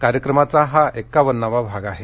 कार्यक्रमाचा हा एकावन्नावा भाग आहे